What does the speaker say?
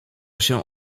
się